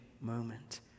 moment